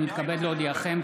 אני מתכבד להודיעכם,